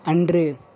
அன்று